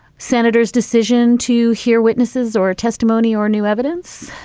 senator's decision to hear witnesses or testimony or new evidence?